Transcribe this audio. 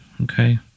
okay